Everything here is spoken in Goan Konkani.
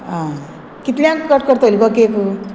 आं कितल्यांक कट करतली गो केकू